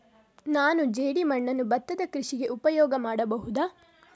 ನಾನು ಜೇಡಿಮಣ್ಣನ್ನು ಭತ್ತದ ಕೃಷಿಗೆ ಉಪಯೋಗ ಮಾಡಬಹುದಾ?